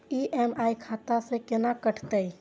EMI खाता से केना कटते?